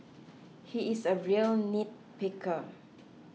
he is a real nitpicker